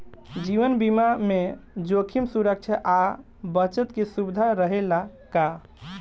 जीवन बीमा में जोखिम सुरक्षा आ बचत के सुविधा रहेला का?